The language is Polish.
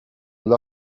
dla